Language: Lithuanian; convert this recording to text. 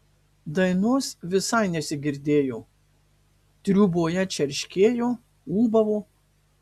dainos visai nesigirdėjo triūboje čerškėjo ūbavo